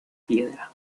piedra